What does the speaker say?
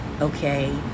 Okay